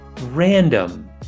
random